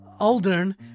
Aldern